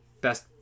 best